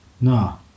No